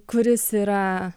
kuris yra